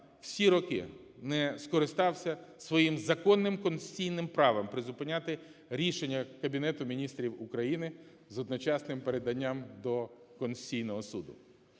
всі роки не скористався своїм законним конституційним право призупиняти рішення Кабінету Міністрів України з одночасним переданням до Конституційного Суду.